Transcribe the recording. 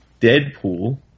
Deadpool